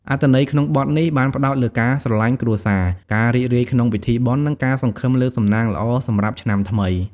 អត្ថន័យក្នុងបទ នេះ បានផ្តោតលើការស្រឡាញ់គ្រួសារ ការរីករាយក្នុងពិធីបុណ្យ និងការសង្ឃឹមលើសំណាងល្អសម្រាប់ឆ្នាំថ្មី។